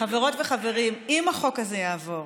חברות וחברים, אם החוק הזה יעבור,